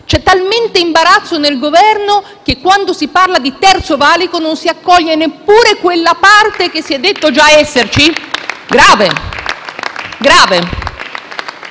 un tale imbarazzo nel Governo che, quando si parla di Terzo valico, non si accoglie neppure quella parte che si è detto già esserci? È grave.